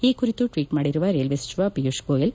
ಈ ಕುರಿತು ಟ್ವಿಚ್ ಮಾಡಿರುವ ರೈಲ್ವೆ ಸಚಿವ ಪಿಯೂಷ್ ಗೋಯಲ್